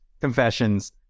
Confessions